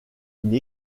une